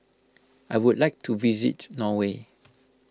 I would like to visit Norway